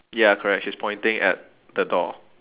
ya correct she's pointing at the door